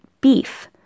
beef